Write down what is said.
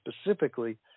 specifically